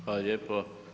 Hvala lijepo.